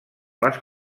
les